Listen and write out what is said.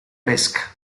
pesca